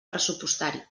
pressupostari